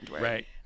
right